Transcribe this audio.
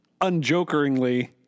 unjokeringly